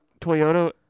Toyota